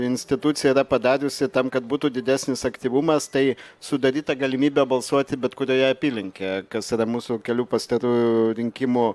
institucija yra padariusi tam kad būtų didesnis aktyvumas tai sudaryta galimybė balsuoti bet kurioje apylinkėje kas yra mūsų kelių pastarųjų rinkimų